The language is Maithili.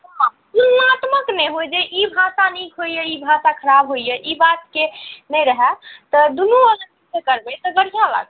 हँ तुलनात्मक नहि होइ जे ई भाषा नीक होइए ई भाषा खराब होइए ई बातके नहि रहै तऽ दुनू नजरिसँ करबै तऽ बढ़िआँ बात